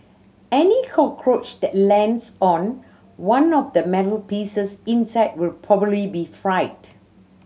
any cockroach that lands on one of the metal pieces inside will probably be fried